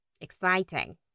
exciting